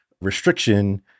Restriction